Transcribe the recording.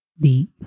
deep